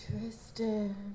Tristan